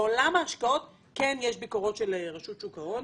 בעולם ההשקעות יש ביקורות של רשות שוק ההון,